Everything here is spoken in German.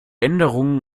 änderungen